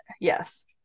yes